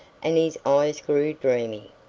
and his eyes grew dreamy.